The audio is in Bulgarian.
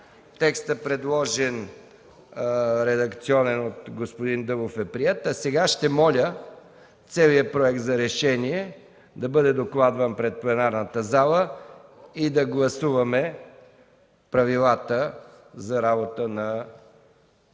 текст, предложен от господин Димитър Дъбов, е приет. А сега ще помоля целият проект за решение да бъде докладван пред пленарната зала и да гласуваме правилата за работа на